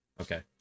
okay